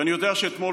ואני יודע שאתמול,